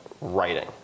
writing